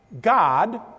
God